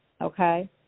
okay